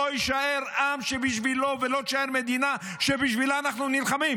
לא יישאר עם ולא תישאר מדינה שבשבילם אנחנו נלחמים.